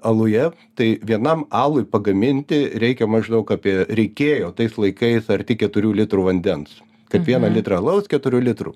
aluje tai vienam alui pagaminti reikia maždaug apie reikėjo tais laikais arti keturių litrų vandens kad vieną litrą alaus keturių litrų